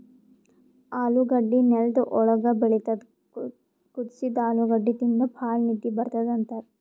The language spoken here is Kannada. ಆಲೂಗಡ್ಡಿ ನೆಲ್ದ್ ಒಳ್ಗ್ ಬೆಳಿತದ್ ಕುದಸಿದ್ದ್ ಆಲೂಗಡ್ಡಿ ತಿಂದ್ರ್ ಭಾಳ್ ನಿದ್ದಿ ಬರ್ತದ್ ಅಂತಾರ್